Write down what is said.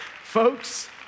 Folks